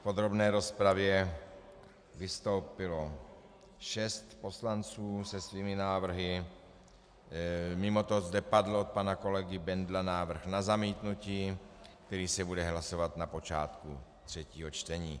V podrobné rozpravě vystoupilo šest poslanců se svými návrhy, mimoto zde padl od pana kolegy Bendla návrh na zamítnutí, který se bude hlasovat na počátku třetího čtení.